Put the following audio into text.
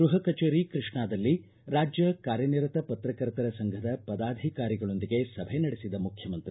ಗೃಹ ಕಚೇರಿ ಕೃಷ್ಣಾದಲ್ಲಿ ರಾಜ್ಯ ಕಾರ್ಯನಿರತ ಪತ್ರಕರ್ತರ ಸಂಘದ ಪದಾಧಿಕಾರಿಗಳೊಂದಿಗೆ ಸಭೆ ನಡೆಸಿದ ಮುಖ್ಯಮಂತ್ರಿ